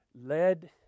led